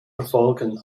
verfolgen